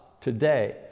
today